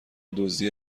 دزدی